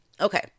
Okay